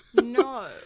No